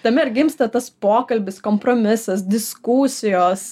tame ir gimsta tas pokalbis kompromisas diskusijos